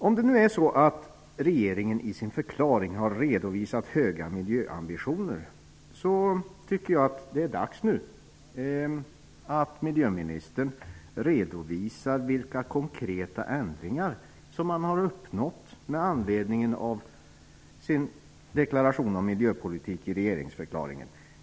Om det nu är så att regeringen i sin förklaring har redovisat höga miljöambitioner tycker jag att det är dags att miljöministern redovisar vilka konkreta ändringar man har uppnått med anledning av deklarationen om miljöpolitik i regeringsförklaringen.